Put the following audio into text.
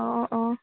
অঁ অঁ